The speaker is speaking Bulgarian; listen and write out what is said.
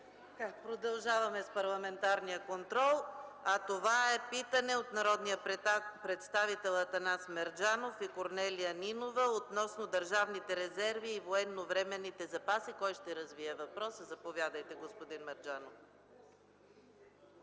Продължаваме с парламентарния контрол. Следва питане от народните представители Атанас Мерджанов и Корнелия Нинова относно държавните резерви и военновременните запаси. Заповядайте, господин Мерджанов.